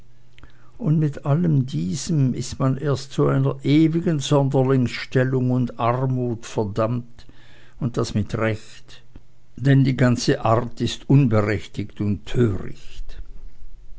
und mit allem diesem ist man erst zu einer ewigen sonderlingsstellung und armut verdammt und das mit recht denn die ganze art ist unberechtigt und töricht